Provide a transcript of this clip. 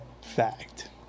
fact